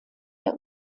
der